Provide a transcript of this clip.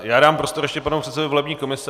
Já dám prostor ještě panu předsedovi volební komise.